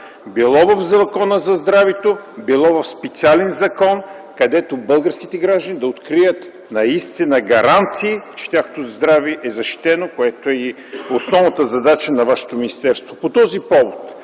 било в Закона за здравето, било в специален закон, където българските граждани да открият наистина гаранции, че тяхното здраве е защитено, което е основната задача на вашето министерство. По този повод